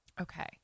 Okay